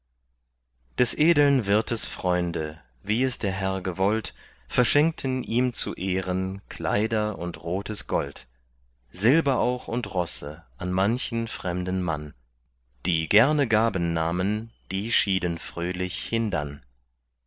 des edeln wirtes freunde wie es der herr gewollt verschenkten ihm zu ehren kleider und rotes gold silber auch und rosse an manchen fremden mann die gerne gaben nahmen die schieden fröhlich hindann